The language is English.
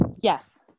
yes